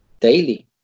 daily